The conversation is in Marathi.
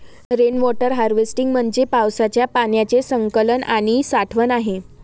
रेन वॉटर हार्वेस्टिंग म्हणजे पावसाच्या पाण्याचे संकलन आणि साठवण आहे